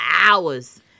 hours